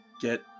get